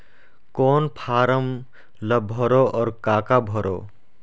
कौन फारम ला भरो और काका भरो?